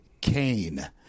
Cain